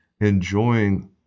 enjoying